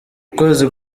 ukwezi